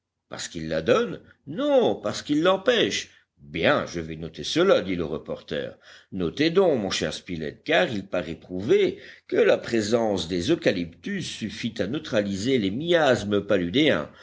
parce qu'ils la donnent non parce qu'ils l'empêchent bien je vais noter cela dit le reporter notez donc mon cher spilett car il paraît prouvé que la présence des eucalyptus suffit à neutraliser les miasmes